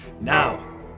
Now